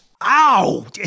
Ow